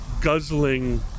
guzzling